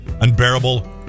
unbearable